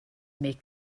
make